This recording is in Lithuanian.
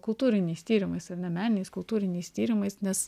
kultūriniais tyrimais ar ne meniniais kultūriniais tyrimais nes